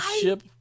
ship